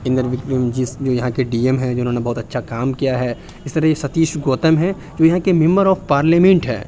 اندر وکرم جس جو یہاں کے ڈی ایم ہیں جنھوں نے بہت اچھا کام کیا ہے اس طریقے سے ستیش گوتم ہیں جو یہاں کے ممبر آف پارلیمنٹ ہے